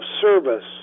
service